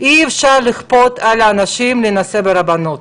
"אי אפשר לכפות על האנשים להינשא ברבנות,